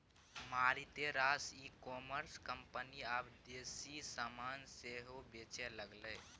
मारिते रास e commerce company आब देसी समान सेहो बेचय लागलै